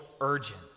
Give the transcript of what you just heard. urgent